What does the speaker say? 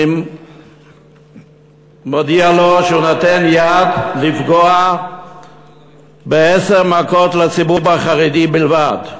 אני מודיע לו שהוא נותן יד לפגוע בעשר מכות בציבור החרדי בלבד.